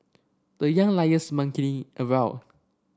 the Young Lions monkeying around